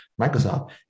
Microsoft